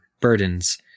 burdens